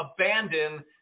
abandon